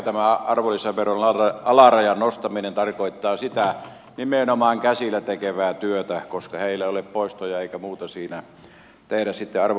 tämän arvonlisäveron alarajan nostaminen jos mikä edesauttaa nimenomaan käsillä tekevien työtä koska heillä ei ole poistoja eikä muuta mitä tehdä sitten arvonlisäverossa